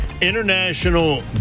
International